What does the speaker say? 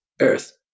Earth